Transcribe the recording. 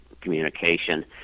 communication